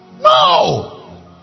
No